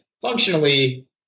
functionally